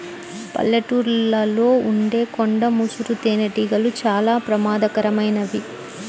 పల్లెటూళ్ళలో ఉండే కొండ ముసురు తేనెటీగలు చాలా ప్రమాదకరమైనవి